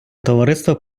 товариства